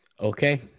Okay